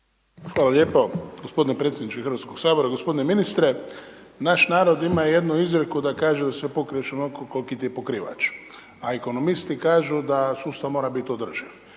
Hvala lijepo gospodine predsjedniče Hrvatskoga sabora, gospodine ministre naš narod ima jednu izreku da kaže, da se pokriješ onolko kolki ti je pokrivač, a ekonomisti kažu da sustav mora biti održiv.